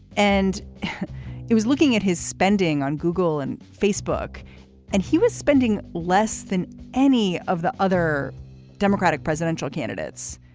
and he was looking at his spending on google and facebook and he was spending less than any of the other democratic presidential candidates.